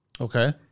Okay